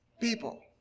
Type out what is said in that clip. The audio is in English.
people